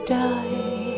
die